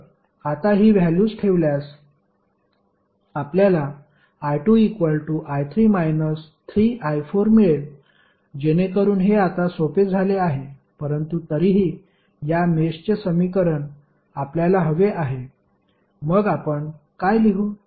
तर आता ही व्हॅल्यूज ठेवल्यास आपल्याला i2i3 3i4 मिळेल जेणेकरून हे आता सोपे झाले आहे परंतु तरीही या मेषचे समीकरण आपल्याला हवे आहे मग आपण काय लिहू